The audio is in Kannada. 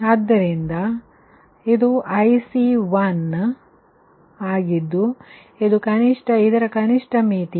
ಆದ್ದರಿಂದ ಇದು IC1 ಆಗಿದ್ದು ಇದು ಕನಿಷ್ಠ ಮಿತಿ